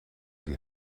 die